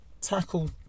tackle